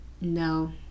No